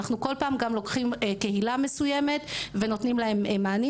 כל פעם לוקחים קהילה מסוימת ונותנים להם מענים.